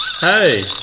Hey